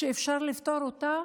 שאפשר לפתור אותה